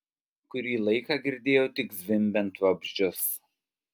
kurį laiką girdėjau tik zvimbiant vabzdžius